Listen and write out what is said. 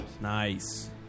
Nice